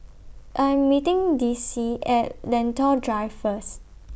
I Am meeting Dicie At Lentor Drive First